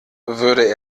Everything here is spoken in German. würde